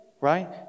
right